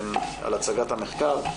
על הצגת המחקר.